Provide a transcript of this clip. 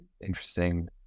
interesting